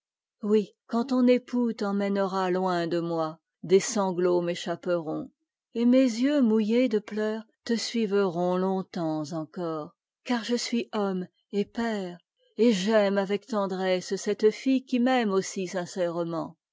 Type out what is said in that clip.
oui quand'ton époux t'emmènera loin de moi des sanglots m'é chapperoht et mes yeux mouillés de pleurs te suivront longtemps encore oar je suis homme t et père et j'aime avec tendresse cette fille qui m'aime aussi sincèrement